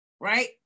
right